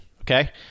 Okay